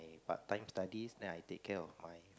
part time studies then I take care of my